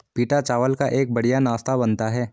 पीटा चावल का एक बढ़िया नाश्ता बनता है